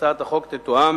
שתתואם